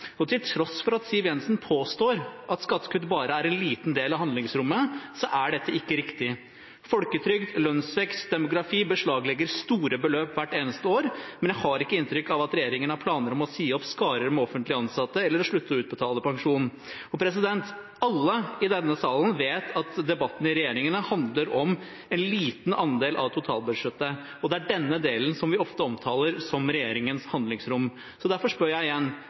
Til tross for at Siv Jensen påstår at skattekutt bare er en liten del av handlingsrommet, er dette ikke riktig. Folketrygd, lønnsvekst og demografi beslaglegger store beløp hvert eneste år, men jeg har ikke inntrykk av at regjeringen har planer om å si opp skarer med offentlig ansatte eller å slutte å utbetale pensjon. Alle i denne salen vet at debatten i regjeringen handler om en liten andel av totalbudsjettet, og det er denne delen vi ofte omtaler som regjeringens handlingsrom. Så derfor spør jeg igjen: